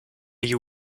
you